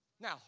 Now